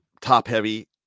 top-heavy